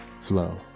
flow